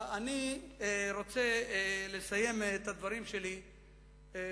אני רוצה לסיים את הדברים שלי ולומר